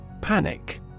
Panic